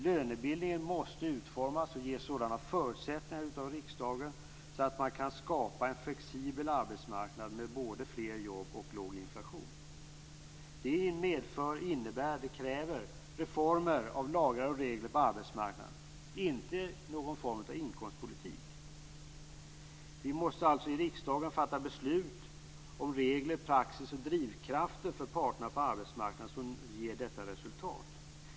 Lönebildningen måste utformas och ges sådana förutsättningar av riksdagen så att man kan skapa en flexibel arbetsmarknad med både fler jobb och låg inflation. Detta medför, innebär och kräver reformer av lagar och regler på arbetsmarknaden, inte någon form av inkomstpolitik. Vi måste alltså i riksdagen fatta beslut om regler, praxis och drivkrafter för parterna på arbetsmarknaden som ger detta resultat.